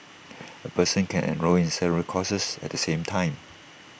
A person can enrol in several courses at the same time